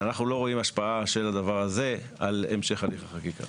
אנחנו לא רואים השפעה של הדבר הזה על המשך הליך החקיקה.